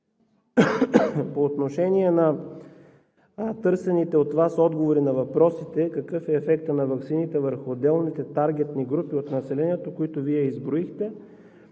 По отношение на търсените от Вас отговори на въпросите – какъв е ефектът на ваксините върху отделните таргетни групи от населението, които Вие изброихте,